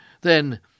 Then